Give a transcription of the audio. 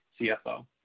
CFO